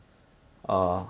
oh ya